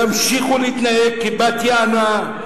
תמשיכו להתנהג כבת-יענה,